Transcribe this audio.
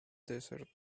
desert